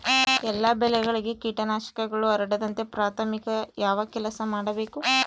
ಎಲ್ಲ ಬೆಳೆಗಳಿಗೆ ಕೇಟನಾಶಕಗಳು ಹರಡದಂತೆ ಪ್ರಾಥಮಿಕ ಯಾವ ಕೆಲಸ ಮಾಡಬೇಕು?